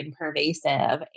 pervasive